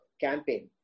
campaign